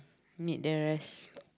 meet the rest